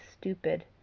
stupid